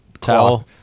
towel